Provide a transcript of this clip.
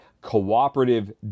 cooperative